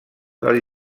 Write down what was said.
del